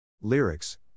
Lyrics